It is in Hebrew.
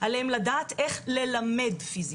עליהם לדעת איך ללמד פיזיקה.